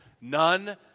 None